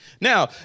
Now